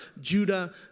Judah